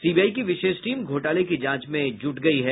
CBI की विशेष team घोटाले की जांच में जूट गयी है